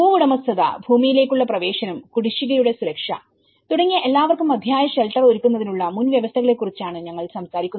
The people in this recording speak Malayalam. ഭൂവുടമസ്ഥതഭൂമിയിലേക്കുള്ള പ്രവേശനം കുടിശ്ശികയുടെ സുരക്ഷ തുടങ്ങിയ എല്ലാവർക്കും മതിയായ ഷെൽട്ടർ ഒരുക്കുന്നതിനുള്ള മുൻവ്യവസ്ഥകളെ കുറിച്ചാണ് ഞങ്ങൾ സംസാരിക്കുന്നത്